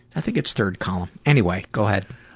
i think it's third column, anyway, go ahead.